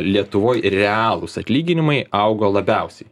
lietuvoj realūs atlyginimai augo labiausiai